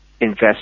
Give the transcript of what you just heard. invest